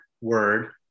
word